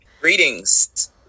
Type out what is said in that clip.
Greetings